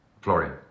Florian